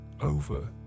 over